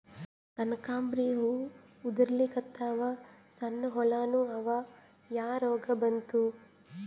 ಕನಕಾಂಬ್ರಿ ಹೂ ಉದ್ರಲಿಕತ್ತಾವ, ಸಣ್ಣ ಹುಳಾನೂ ಅವಾ, ಯಾ ರೋಗಾ ಬಂತು?